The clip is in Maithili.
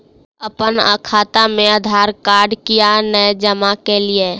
अप्पन खाता मे आधारकार्ड कियाक नै जमा केलियै?